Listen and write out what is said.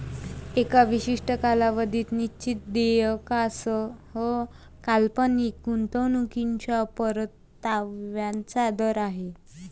एका विशिष्ट कालावधीत निश्चित देयकासह काल्पनिक गुंतवणूकीच्या परताव्याचा दर आहे